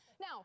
Now